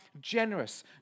generous